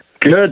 Good